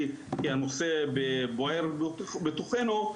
כי הנושא בוער בתוכנו,